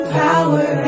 power